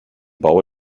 bau